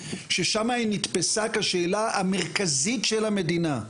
כשאז היא נתפסה כשאלה המרכזית של המדינה.